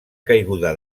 caiguda